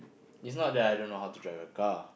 it's not that I don't know how to drive a car